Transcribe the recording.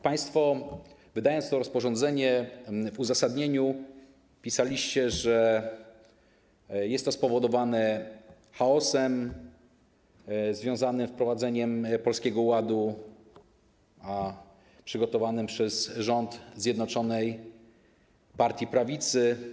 Państwo, wydając to rozporządzenie, w uzasadnieniu pisaliście, że jest to spowodowane chaosem związanym z wprowadzeniem Polskiego Ładu przygotowanego przez rząd Zjednoczonej Prawicy.